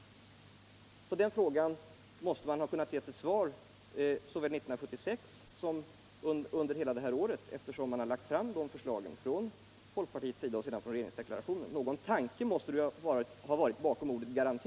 På den frågan måste man väl ha kunnat ge ett svar såväl under 1976 som under hela det här året, eftersom de förslagen har lagts fram, först från folkpartihåll och sedan genom regeringsdeklarationen. Någon tanke bör det väl ha funnits bakom ordet garanti?